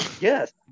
yes